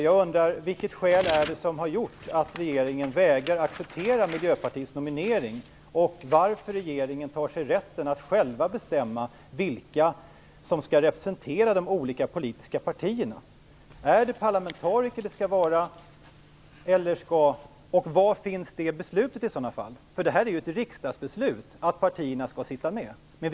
Jag undrar vilket skäl det är som har gjort att regeringen vägrar att acceptera Miljöpartiets nominering. Varför tar sig regeringen rätten att själv bestämma vilka som skall representera de olika politiska partierna? Skall det vara parlamentariker? Var finns det beslutet i sådana fall? Det är ju ett riksdagsbeslut att partierna skall sitta med.